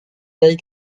taille